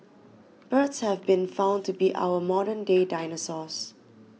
birds have been found to be our modern day dinosaurs